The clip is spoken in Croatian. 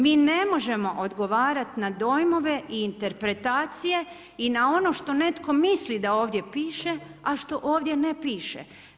Mi ne možemo odgovarati na dojmove i interpretacije i na ono što netko misli da ovdje piše a što ovdje ne piše.